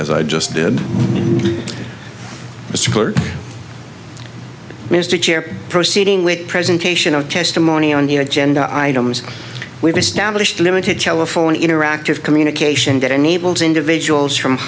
as i just did as mr chair proceeding with presentation of testimony on the agenda items we've established limited telephone interactive communication that enables individuals from